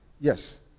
Yes